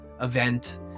event